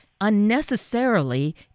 unnecessarily